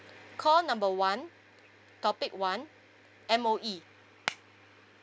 call number one topic one M_O_E